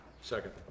Second